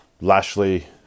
Lashley